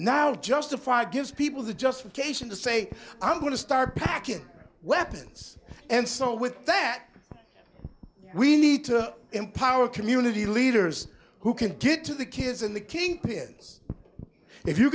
now justified gives people the justification to say i'm going to start packing weapons and so with that we need to empower community leaders who can get to the kids in the kingpins if you